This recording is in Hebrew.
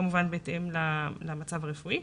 כמובן בהתאם למצב הרפואי.